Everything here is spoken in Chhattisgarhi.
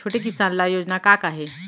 छोटे किसान ल योजना का का हे?